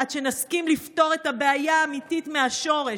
עד שנסכים לפתור את הבעיה האמיתית מהשורש.